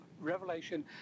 revelation